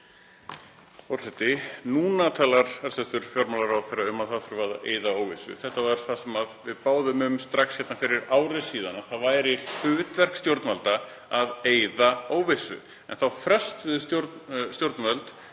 Þetta var það sem við báðum um hér fyrir ári, að það væri hlutverk stjórnvalda að eyða óvissu.